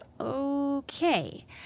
Okay